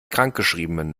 krankgeschriebenen